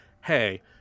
Hey